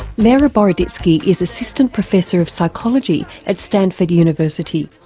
lera boroditsky is assistant professor of psychology at stanford university.